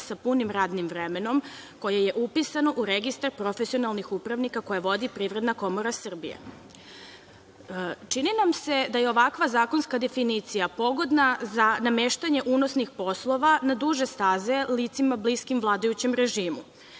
sa punim radnim vremenom, koje je upisano u registar profesionalnih upravnika koje vodi Privredna komora Srbije. Čini nam se da je ovakva zakonska definicija pogodna za nameštanje unosnih poslova na duže staze licima bliskim vladajućem režimu.